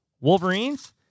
Wolverines